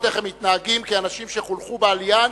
איך הם מתנהגים כאנשים שחונכו ב"אליאנס",